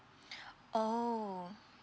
oh